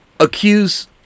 accuse